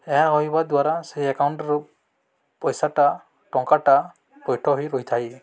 ଏହା ରହିବା ଦ୍ୱାରା ସେ ଏକାଉଣ୍ଟର ପଇସାଟା ଟଙ୍କାଟା ପୈଠ ହୋଇ ରହିଥାଏ